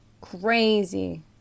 crazy